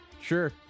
sure